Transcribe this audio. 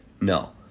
No